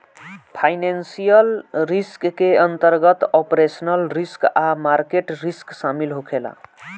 financial risk के अंतर्गत operational risk आ मार्केट रिस्क शामिल होखे ला